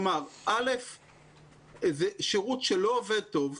זה שירות שלא עובד טוב.